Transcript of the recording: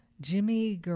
Jimmy